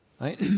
Right